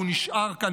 והוא נשאר כאן,